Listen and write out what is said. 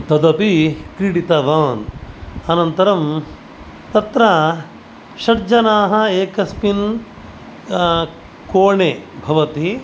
तदपि क्रीडितवान् अनन्तरं तत्र षड्जनाः एकस्मिन् कोणे भवति